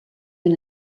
ben